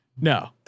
No